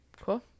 Cool